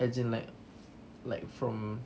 as in like like from